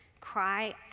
Cry